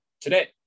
today